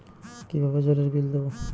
কিভাবে জলের বিল দেবো?